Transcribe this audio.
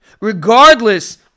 Regardless